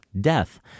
death